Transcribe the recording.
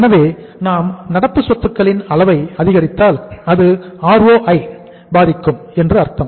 எனவே நாம் நடப்பு சொத்துக்களின் அளவைஅதிகரித்தால் அது ROI ஐ பாதிக்கும் என்று அர்த்தம்